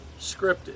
scripted